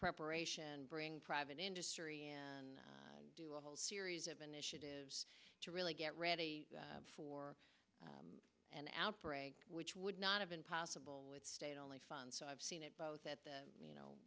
preparation bring private industry and do a whole series of initiatives to really get ready for an outbreak which would not have been possible with state only funds so i've seen it both at the